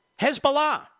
Hezbollah